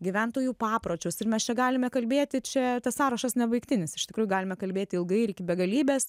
gyventojų papročius ir mes čia galime kalbėti čia tas sąrašas nebaigtinis iš tikrųjų galime kalbėti ilgai iki begalybės